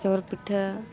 ᱡᱷᱚᱨ ᱯᱤᱴᱷᱟᱹ